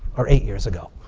or eight years ago.